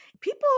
People